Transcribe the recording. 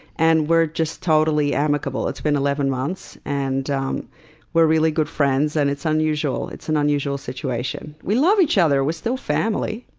and we're just totally amicable. it's been eleven months, and um we're really good friends. and it's unusual. it's an unusual unusual situation. we love each other! we're still family.